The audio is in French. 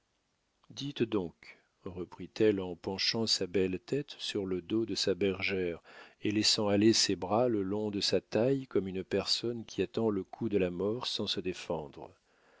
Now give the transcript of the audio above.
donc reprit-elle en penchant sa belle tête sur le dos de sa bergère et laissant aller ses bras le long de sa taille comme une personne qui attend le coup de la mort sans se défendre